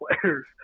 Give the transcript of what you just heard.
players